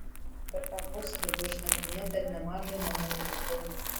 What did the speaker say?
per tą posėdį buvo išnagrinėta ir nemaža einamųjų reikalų